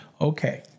Okay